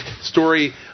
story